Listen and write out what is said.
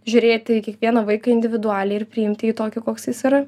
žiūrėti kiekvieną vaiką individualiai ir priimti jį tokį koks jis yra